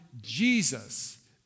Jesus